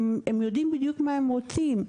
הם יודעים בדיוק מה הם רוצים.